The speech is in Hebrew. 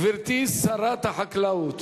גברתי שרת החקלאות,